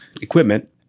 equipment